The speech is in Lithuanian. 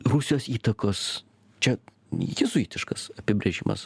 rusijos įtakos čia jėzuitiškas apibrėžimas